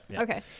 okay